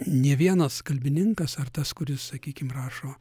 nė vienas kalbininkas ar tas kuris sakykim rašo